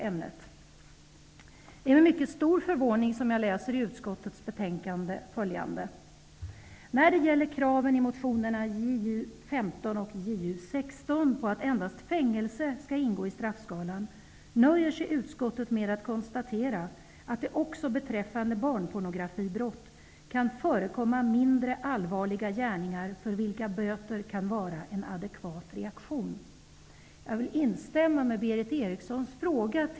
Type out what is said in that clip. Det är med mycket stor förvåning jag läser följande i utskottets betänkande: ''När det gäller kraven i motionerna Ju15 och Ju16 på att endast fängelse skall ingå i straffskalan nöjer sig utskottet med att konstatera att det också beträffande barnpornografibrott kan förekomma mindre allvarliga gärningar för vilka böter kan vara en adekvat reaktion.''